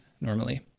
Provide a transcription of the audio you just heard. normally